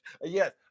yes